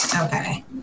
Okay